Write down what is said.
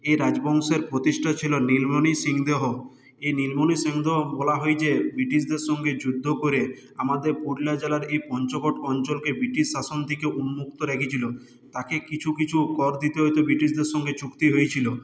এই রাজবংশের প্রতিষ্ঠা ছিল নীলমণি সিং দেও এই নীলমণি সিং দেও বলা হয় যে ব্রিটিশদের সঙ্গে যুদ্ধ করে আমাদের পুরুলিয়া জেলার এই পঞ্চোকোট অঞ্চলকে ব্রিটিশ শাসন থেকে মুক্ত রেখেছিলো তাকে কিছু কিছু কর দিতে হতো ব্রিটিশদের সঙ্গে চুক্তি হয়েছিলো